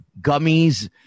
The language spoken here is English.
gummies